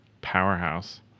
powerhouse